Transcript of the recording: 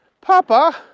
Papa